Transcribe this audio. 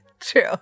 True